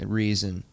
reason